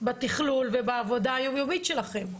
בתכלול ובעבודה היומיומית שלכם.